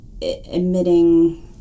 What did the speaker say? emitting